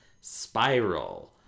Spiral